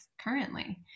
currently